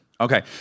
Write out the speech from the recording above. Okay